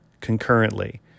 concurrently